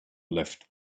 left